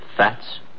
Fats